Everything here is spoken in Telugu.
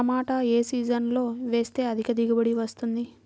టమాటా ఏ సీజన్లో వేస్తే అధిక దిగుబడి వస్తుంది?